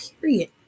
Period